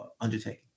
undertaking